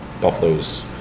Buffalo's